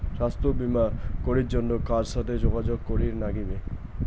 স্বাস্থ্য বিমা করির জন্যে কার সাথে যোগাযোগ করির নাগিবে?